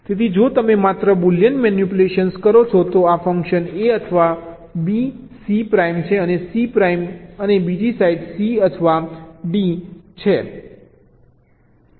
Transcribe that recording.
તેથી જો તમે માત્ર બુલિયન મેનીપ્યુલેશન કરો છો તો આ ફંક્શન A અથવા B C પ્રાઇમ છે અને C પ્રાઇમ અને બીજી સાઇટ C D અથવા C D છે આ ફંક્શન છે